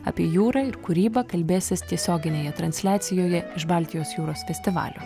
apie jūrą ir kūrybą kalbėsis tiesioginėje transliacijoje iš baltijos jūros festivalio